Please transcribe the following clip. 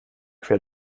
quer